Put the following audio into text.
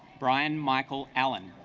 brian michael allen